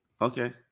Okay